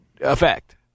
effect